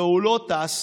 והוא לא טס,